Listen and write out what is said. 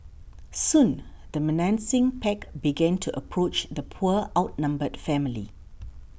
soon the menacing pack began to approach the poor outnumbered family